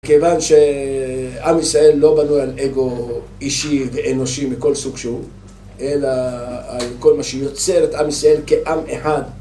כיוון שעם ישראל לא בנוי על אגו אישי ואנושי מכל סוג שהוא אלא על כל מה שיוצר את עם ישראל כעם אחד